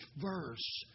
verse